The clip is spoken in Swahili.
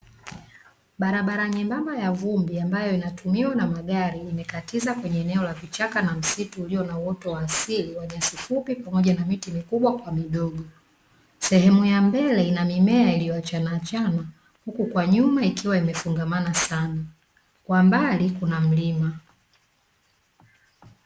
Barabara nyembamba ya vumbi ambayo inayotumiwa na magari imekatiza kwenye eneo la vichaka na misitu uliona uoto wa asili wa nyasi fupi pamoja na miti mikubwa kwa midogo. Sehemu ya mbele ina mimea ilioachanaachana huku kwa nyuma ikiwa imefungamana sana kwa mbali kuna mlima.